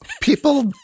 People